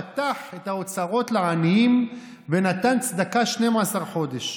פתח את האוצרות לעניים ונתן צדקה 12 חודש.